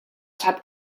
sap